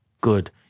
good